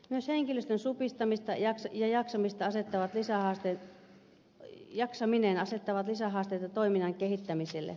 myös henkilöstön supistaminen ja jaksaminen asettavat lisähaasteita toiminnan kehittämiselle